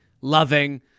loving